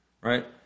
right